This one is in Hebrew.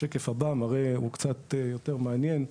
השקף הבא קצת יותר מעניין.